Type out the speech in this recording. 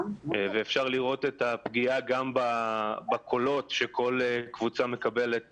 ואפשר לראות את הפגיעה גם בקולות שכל קבוצה מקבלת